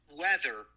weather